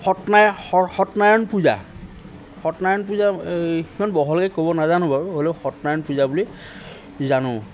সতনাৰায়ণ স সতনাৰায়ণ পূজা সতনাৰায়ণ পূজা এ সিমান বহলকৈ ক'ব নাজানো বাৰু হ'লেও সতনাৰায়ণ পূজা বুলি জানো